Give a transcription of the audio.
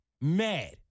mad